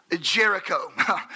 Jericho